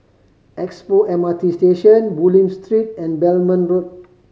Expo M R T Station Bulim Street and Belmont Road